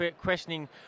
questioning